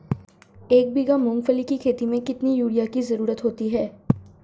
एक बीघा मूंगफली की खेती में कितनी यूरिया की ज़रुरत होती है?